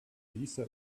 lisa